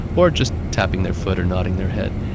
or just tapping their foot or nodding their head.